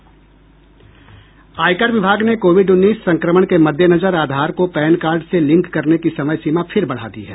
आयकर विभाग ने कोविड उन्नीस संक्रमण के मद्देनजर आधार को पैन कार्ड से लिंक करने की समय सीमा फिर बढ़ा दी है